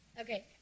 Okay